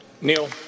Neil